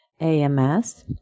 AMS